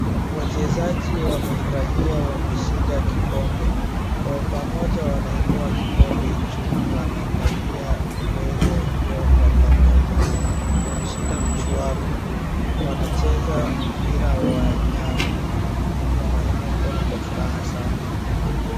Wachezaji wamefurahia wameshinda kikombe. Kwa pamoja wanainua kikombe juu wanaangalia mbele wakiwa kwa pamoja. Wameshinda mchuano. Wanacheza mpira wa nyavu, wanainua mkono kwa furaha sana.